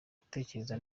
gutekereza